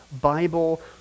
bible